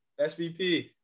SVP